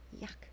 Yuck